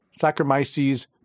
Saccharomyces